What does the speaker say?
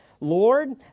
Lord